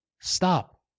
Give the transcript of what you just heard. stop